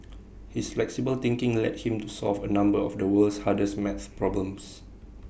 his flexible thinking led him to solve A number of the world's hardest math problems